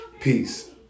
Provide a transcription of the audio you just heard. Peace